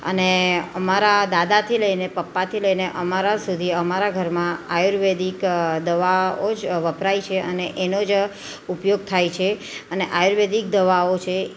અને અમારા દાદાથી લઈને પપ્પાથી લઈને અમારા સુધી અમારા ઘરમાં આયુર્વેદિક દવાઓ જ વપરાય છે અને એનો ઉપયોગ થાય છે અને આયુર્વેદિક દવાઓ છે